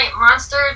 monster